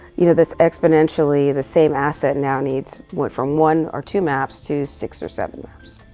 you know, this exponentially, the same asset now needs, went from one or two maps to six or seven maps.